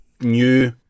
new